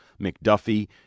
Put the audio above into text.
McDuffie